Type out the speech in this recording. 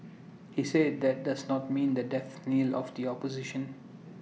he said that does not mean the death knell of the opposition